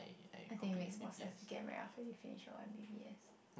I think it make more sense to get married after you finish your M_B_B_S